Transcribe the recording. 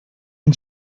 and